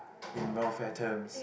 in welfare terms